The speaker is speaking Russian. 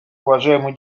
уважаемые